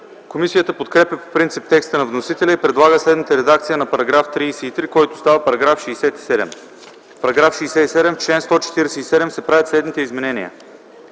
Комисията подкрепя по принцип текста на вносителя и предлага следната редакция на § 33, който става § 67: „§ 67. В чл. 147 се правят следните изменения: